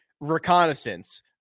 reconnaissance